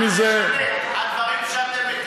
אתם כל הזמן,